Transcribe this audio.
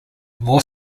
more